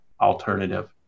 alternative